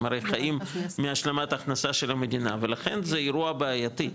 הם הרי חיים מהשלמת הכנסה של המדינה ולכן זה אירוע בעייתי.